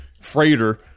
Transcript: freighter